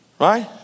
right